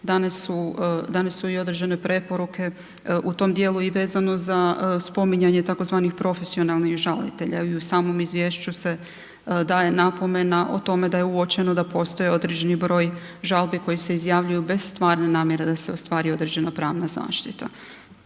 dane su i određene preporuke u tom dijelu i vezano za spominjanje tzv. profesionalnih žalitelja i u samom izvješću se daje napomena o tome da je uočeno da postoje određeni broj žalbi koje se iz izjavljuju bez stvarne namjere da se ostvari određena pravna zaštita.